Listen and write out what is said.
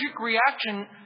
reaction